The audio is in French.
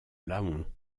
laon